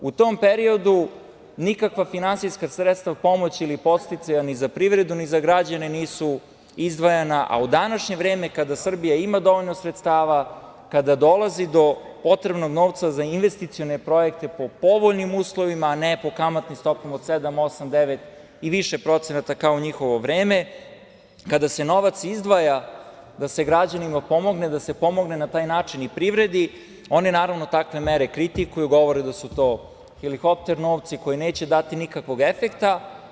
U tom periodu nikakva finansijska sredstva pomoći ili podsticaja ni za privredu ni za građane nisu izdvajana, a u današnje vreme, kada Srbija ima dovoljno sredstava, kada dolazi do potrebnog novca za investicione projekte po povoljnim uslovima, a ne po kamatnim stopama od sedam, osam, devet i više procenata, kao u njihovo vreme, kada se novac izdvaja da se građanima pomogne, da se pomogne na taj način i privredi, oni, naravno, takve mere kritikuju, govore da su to helikopter novci koji neće dati nikakvog efekta.